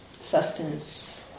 sustenance